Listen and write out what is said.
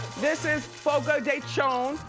this is fogo de chao.